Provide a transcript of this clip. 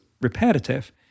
repetitive